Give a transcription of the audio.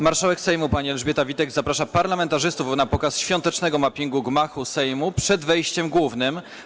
Marszałek Sejmu pani Elżbieta Witek zaprasza parlamentarzystów na pokaz świątecznego mappingu gmachu Sejmu przed wejściem głównym.